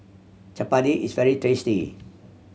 chapati is very tasty